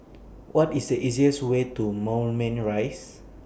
What IS The easiest Way to Moulmein Rise